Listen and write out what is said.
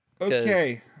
okay